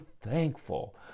thankful